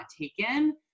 taken